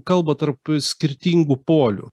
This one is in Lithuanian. kalbą tarp skirtingų polių